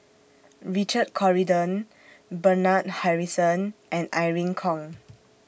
Richard Corridon Bernard Harrison and Irene Khong